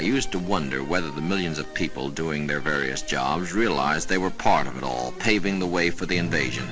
i used to wonder whether the millions of people doing their various jobs realize they were part of it all paving the way for the invasion